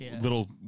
little